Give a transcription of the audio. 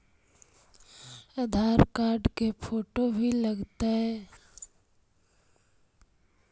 आधार card के photo भी लग तै?